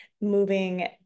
moving